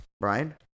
Brian